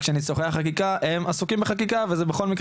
רק שניסוחי החקיקה הם עסוקים בחקיקה וזה בכל מקרה